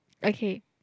okay